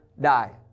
die